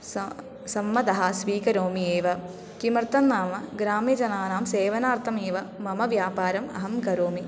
स सम्मतः स्वीकरोमि एव किमर्थं नाम ग्रामे जनानां सेवनार्थमेव मम व्यापारम् अहं करोमि